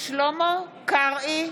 שלמה קרעי,